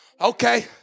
Okay